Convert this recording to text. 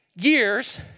years